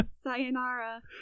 Sayonara